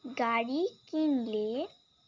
গাড়ি কিনলে